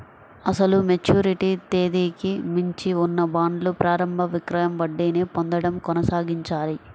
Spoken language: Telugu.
అసలు మెచ్యూరిటీ తేదీకి మించి ఉన్న బాండ్లు ప్రారంభ విక్రయం వడ్డీని పొందడం కొనసాగించాయి